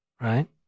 right